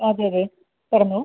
അതെ അതെ പറഞ്ഞോ